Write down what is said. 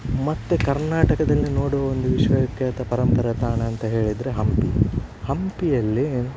ಮತ್ತೆ ಕರ್ನಾಟಕದಲ್ಲಿ ನೋಡುವ ಒಂದು ವಿಶ್ವವಿಖ್ಯಾತ ಪರಂಪರೆ ತಾಣ ಅಂತ ಹೇಳಿದರೆ ಹಂಪಿ ಹಂಪಿಯಲ್ಲಿ